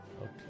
Okay